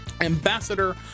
ambassador